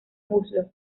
muslos